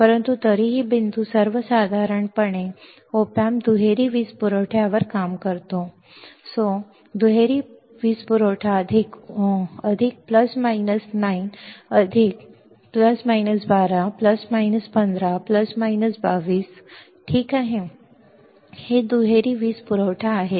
पण तरीही बिंदू सर्वसाधारणपणे op amp दुहेरी वीज पुरवठ्यावर काम करतो दुहेरी वीज पुरवठा अधिक उणे 9 अधिक उणे 12 अधिक वजा 15 अधिक वजा 22 दोन ठीक आहे हे दुहेरी वीज पुरवठा आहेत